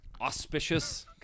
auspicious